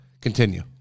Continue